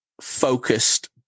focused